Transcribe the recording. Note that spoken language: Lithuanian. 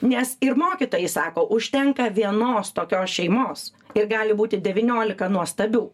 nes ir mokytojai sako užtenka vienos tokios šeimos ir gali būti devyniolika nuostabių